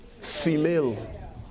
female